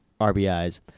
RBIs